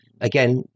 Again